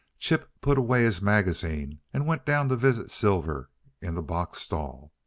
chip put away his magazine and went down to visit silver in the box stall.